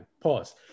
pause